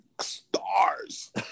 stars